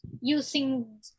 using